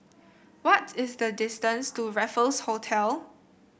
what is the distance to Raffles Hotel